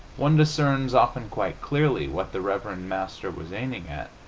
one discerns, often quite clearly, what the reverend master was aiming at,